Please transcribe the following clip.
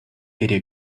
video